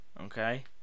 Okay